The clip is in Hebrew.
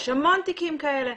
יש המון תיקים כאלה".